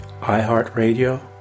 iHeartRadio